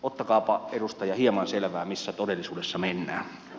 ottakaapa edustaja hieman selvää missä todellisuudessa mennään